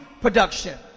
production